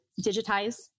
digitize